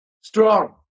strong